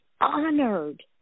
honored